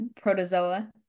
protozoa